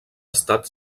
estat